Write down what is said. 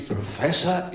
Professor